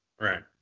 Right